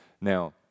Now